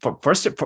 first